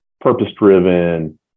purpose-driven